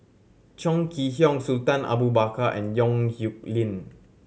Chong Kee Hiong Sultan Abu Bakar and Yong Nyuk Lin